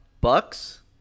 Bucks